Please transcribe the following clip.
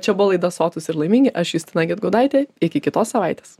čia buvo laida sotūs ir laimingi aš justina gedgaudaitė iki kitos savaitės